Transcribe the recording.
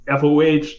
FOH